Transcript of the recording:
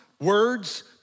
words